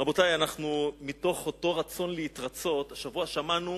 רבותי, מתוך אותו רצון להתרצות, השבוע שמענו